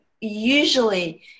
usually